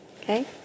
Okay